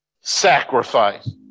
sacrifice